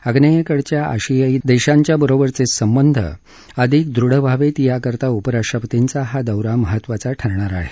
अग्नेयेकडच्या आशियाई देशांच्याबरोबरचे संबंध अधिक दृढ व्हावेत याकरता उपराष्ट्रपतींचा हा दौरा महत्त्वाचा ठरणार आहे